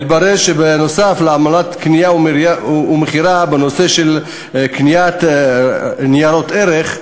מתברר שנוסף על עמלת קנייה ומכירה בנושא של קניית ניירות ערך,